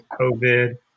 covid